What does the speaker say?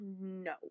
No